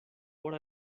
por